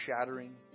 shattering